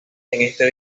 este